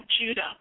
Judah